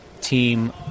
team